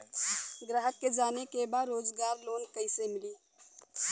ग्राहक के जाने के बा रोजगार लोन कईसे मिली?